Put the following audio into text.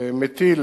מטיל